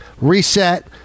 reset